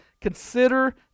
consider